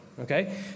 okay